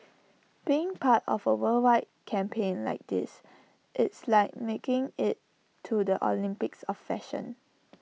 being part of A worldwide campaign like this it's like making IT to the Olympics of fashion